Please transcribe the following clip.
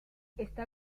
está